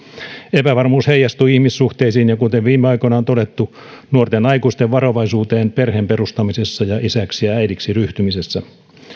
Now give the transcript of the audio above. epävarmuus heijastuu ihmissuhteisiin ja kuten viime aikoina on todettu nuorten aikuisten varovaisuuteen perheen perustamisessa ja isäksi ja äidiksi ryhtymisessä